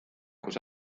kus